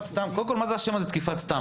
קודם כל, מה זה השם הזה תקיפת סתם?